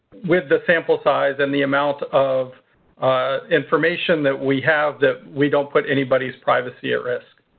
with the sample size and the amount of information that we have that we don't put anybody's privacy at risk.